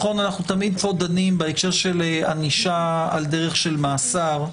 אנחנו תמיד דנים פה בהקשר של ענישה על דרך של מאסר.